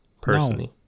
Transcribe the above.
personally